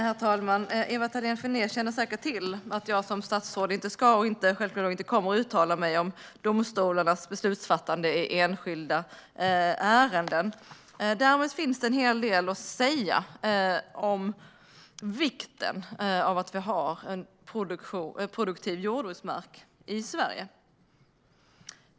Herr talman! Ewa Thalén Finné känner säkert till att jag som statsråd inte ska och självklart inte kommer att uttala mig om domstolarnas beslut i enskilda ärenden. Däremot finns det en hel del att säga om vikten av att vi har en produktiv jordbruksmark i Sverige.